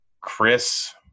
Chris